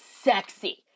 sexy